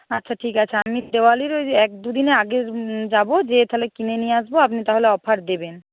আচ্ছা ঠিক আছে আমি দেওয়ালির ওই এক দুদিনের আগে যাবো যেয়ে তাহলে কিনে নিয়ে আসবো আপনি তাহলে অফার দেবেন